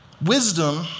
Wisdom